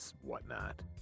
whatnot